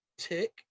tick